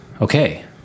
okay